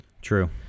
true